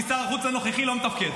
כי שר החוץ הנוכחי לא מתפקד.